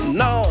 no